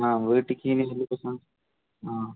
ആ വീട്ടിലേക്കിനി ആ